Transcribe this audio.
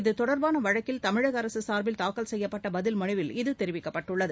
இது தொடர்பான வழக்கில் தமிழக அரசு சார்பில் தாக்கல் செய்யப்படட பதில் மனுவில் இது தெரிவிக்கப்பட்டுள்ளது